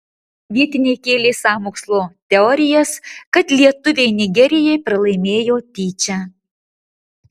vietiniai kėlė sąmokslo teorijas kad lietuviai nigerijai pralaimėjo tyčia